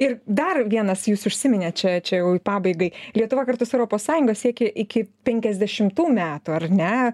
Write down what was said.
ir dar vienas jūs užsiminėt čia čia jau pabaigai lietuva kartu su europos sąjunga siekia iki penkiasdešimtų metų ar ne